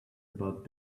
about